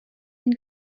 den